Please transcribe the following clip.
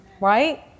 Right